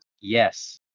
Yes